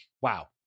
wow